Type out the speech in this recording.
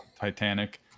Titanic